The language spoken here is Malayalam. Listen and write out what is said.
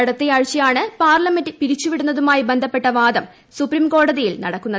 അടുത്ത ആയ്ചയാണ് പാർലമെന്റ് പിരിച്ചുവിടുന്നതുമായി ബന്ധപ്പെട്ട വാദം സുപ്രീം കോടതിയിൽ നടക്കുന്നത്